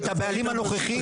את הבעלים הנוכחי.